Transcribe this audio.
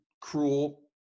cruel